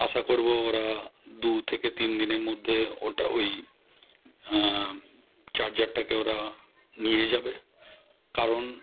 আশা করবো ওরা দু থেকে তিন দিনের মধ্যে ওটা ওই চার্জারটাকে ওরা নিয়ে যাবে কারণ